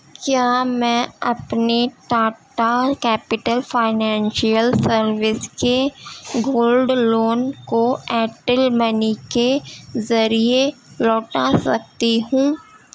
کیا میں اپنے ٹاٹا کیپٹل فائنینشیل سروس کے گولڈ لون کو ایئرٹیل منی کے ذریعے لوٹا سکتی ہوں